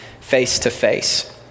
face-to-face